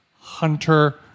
Hunter